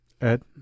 Ed